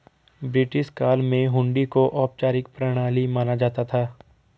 British काल में हुंडी को औपचारिक प्रणाली माना जाता था